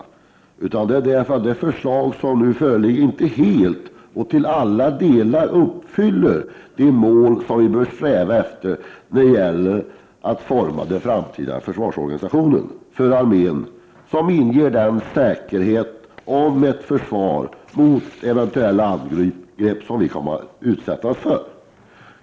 Det är i stället därför att det förslag som nu föreligger inte till alla delar uppfyller de mål som vi bör sträva efter när det gäller att forma en framtida försvarsorganisation för armén som inger säkerhet och möjlighet till försvar mot eventuella angrepp som vi kan komma att utsättas för.